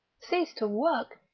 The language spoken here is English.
ceased to work?